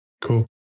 Cool